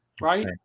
right